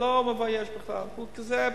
מבייש בכלל, זה,